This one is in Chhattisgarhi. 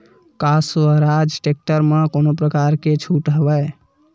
का स्वराज टेक्टर म कोनो प्रकार के छूट हवय?